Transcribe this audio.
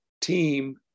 team